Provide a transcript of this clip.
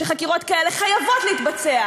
כשחקירות כאלה חייבות להתבצע,